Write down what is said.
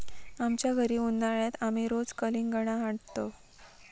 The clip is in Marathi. आमच्या घरी उन्हाळयात आमी रोज कलिंगडा हाडतंव